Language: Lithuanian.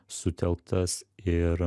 sutelktas ir